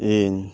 ᱤᱧ